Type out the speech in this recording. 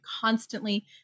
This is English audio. constantly